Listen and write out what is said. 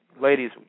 ladies